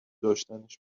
داشتنش